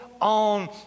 on